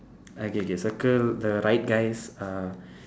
uh K K circle the right guys uh